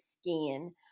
skin